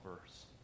verse